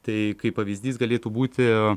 tai kaip pavyzdys galėtų būti